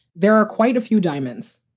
there are quite a few diamonds.